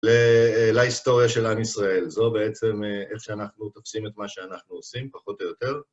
להיסטוריה של עם ישראל, זו בעצם איך שאנחנו תופסים את מה שאנחנו עושים, פחות או יותר.